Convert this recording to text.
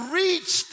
reach